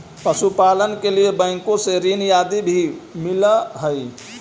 पशुपालन के लिए बैंकों से ऋण आदि भी मिलअ हई